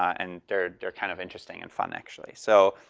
and they're they're kind of interesting and fun, actually. so,